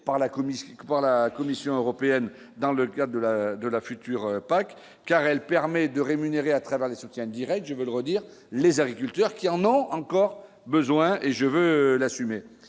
par la Commission européenne, dans le cas de la de la future PAC car elle permet de rémunérer à travers le soutien Direct, je veux le redire, les agriculteurs qui en ont encore besoin et je veux l'assumer,